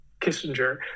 Kissinger